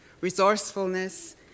resourcefulness